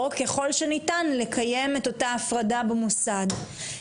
או ככול שניתן לקיים את אותה הפרדה במוסד.